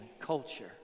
culture